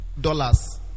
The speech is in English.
dollars